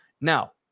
Now